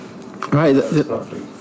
Right